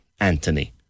Anthony